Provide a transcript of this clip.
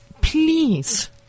Please